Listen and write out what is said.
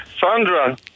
sandra